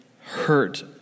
hurt